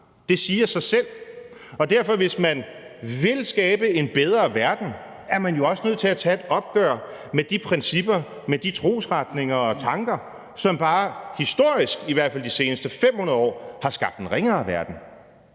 Det siger sig selv. Så hvis man vil skabe en bedre verden, er man jo også nødt til at tage et opgør med de principper, med de trosretninger og tanker, som bare historisk i hvert fald de seneste 500 år har skabt en ringere verden.